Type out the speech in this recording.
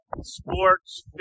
sports